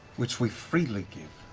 which we freely give.